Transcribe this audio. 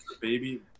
baby